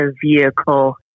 vehicle